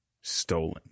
stolen